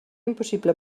impossible